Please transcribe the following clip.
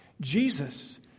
Jesus